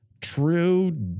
true